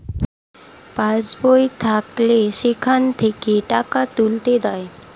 pass বই থাকলে সেখান থেকে টাকা তুলতে দেয়